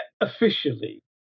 Officially